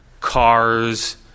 cars